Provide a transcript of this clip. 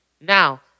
Now